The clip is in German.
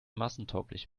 massentauglich